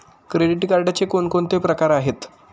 Credit कार्डचे कोणकोणते प्रकार आहेत?